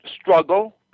struggle